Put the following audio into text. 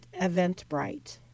Eventbrite